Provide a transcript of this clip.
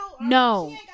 No